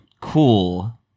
cool